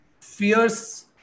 fierce